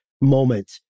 moment